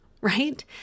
right